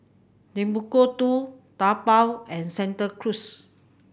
Timbuk Two Taobao and Santa Cruz